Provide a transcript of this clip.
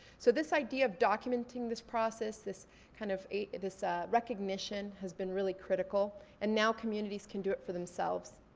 so this idea of documenting this process, this kind of this ah recognition, has been really critical. and now communities can do it for themselves.